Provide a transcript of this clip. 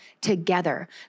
together